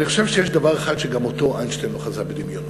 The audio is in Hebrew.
אני חושב שיש דבר אחד שגם אותו איינשטיין לא חזה בדמיונו.